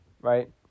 right